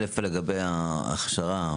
לגבי ההכשרה,